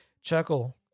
chuckle